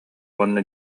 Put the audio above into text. уонна